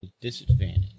Disadvantage